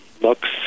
looks